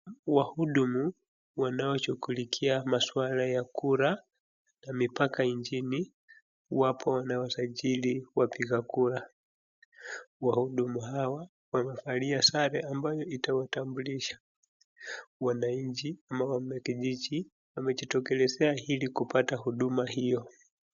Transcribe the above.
Wahudumu wanaoshughulikia maswala ya kura na mipaka nchini wapo na wasajili wapiga kura. Wahudumu hawa wamevalia sare ambayo itawatambulisha wananchi ama wanakijiji wamejitokelezea ili kupata huduma hio.